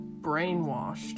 brainwashed